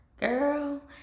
girl